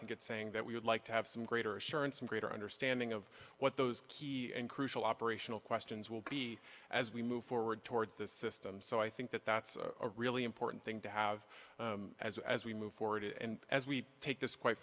think it's saying that we would like to have some greater assurance some greater understanding of what those key and crucial operational questions will be as we move forward towards this system so i think that that's a really important thing to have as as we move forward and as we take this quite